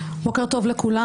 בוקר טוב לכולם,